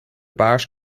paars